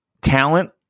talent